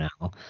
now